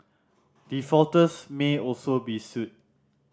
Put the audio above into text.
defaulters may also be sued